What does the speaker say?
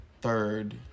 third